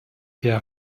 herr